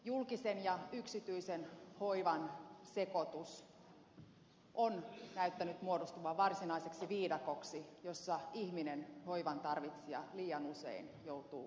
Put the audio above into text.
julkisen ja yksityisen hoivan sekoitus on näyttänyt muodostuvan varsinaiseksi viidakoksi jossa ihminen hoivan tarvitsija liian usein joutuu kärsimään